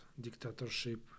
dictatorship